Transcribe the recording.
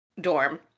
dorm